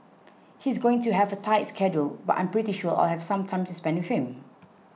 he's going to have a tight schedule but I'm pretty sure I'll have some time to spend with him